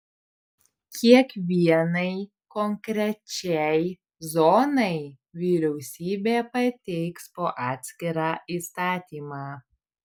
kiekvienai konkrečiai zonai vyriausybė pateiks po atskirą įstatymą